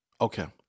Okay